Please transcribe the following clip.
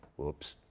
whoops.